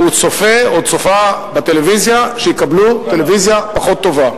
הוא צופה או צופָה בטלוויזיה שיקבלו טלוויזיה פחות טובה.